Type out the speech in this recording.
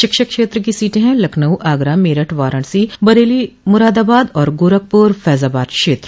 शिक्षक क्षेत्र की सीटें हैं लखनऊ आगरा मेरठ वाराणसी बरेली मुरादाबाद और गोरखपुर फैजाबाद क्षेत्र